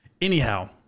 Anyhow